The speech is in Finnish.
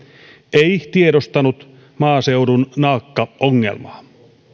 ei tiedostanut maaseudun naakkaongelmaa